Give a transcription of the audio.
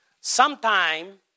Sometime